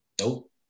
Nope